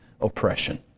oppression